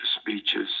speeches